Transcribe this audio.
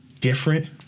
different